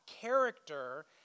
character